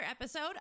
episode